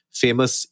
famous